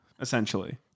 essentially